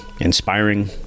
inspiring